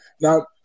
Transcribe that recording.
Now